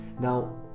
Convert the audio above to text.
now